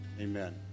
Amen